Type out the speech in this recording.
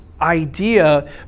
Idea